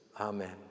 Amen